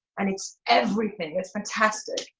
and it's everything. it's fantastic.